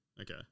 Okay